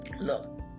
look